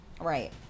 Right